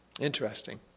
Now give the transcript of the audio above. Interesting